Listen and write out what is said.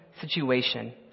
Situation